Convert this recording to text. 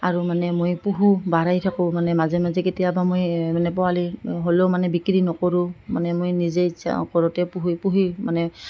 আৰু মানে মই পুহোঁ বাঢ়াই থাকোঁ মানে মাজে মাজে কেতিয়াবা মই মানে পোৱালি হ'লেও মানে বিক্ৰী নকৰোঁ মানে মই নিজে ইচ্ছা ওপৰতে পুহি পুহি মানে